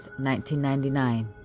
1999